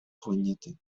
планеты